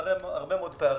מראה הרבה מאוד פערים.